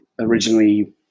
originally